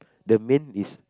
the main is